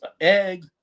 egg